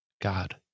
God